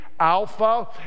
Alpha